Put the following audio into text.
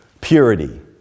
purity